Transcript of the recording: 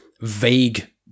vague